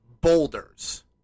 boulders